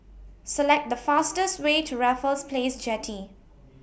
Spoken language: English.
Select The fastest Way to Raffles Place Jetty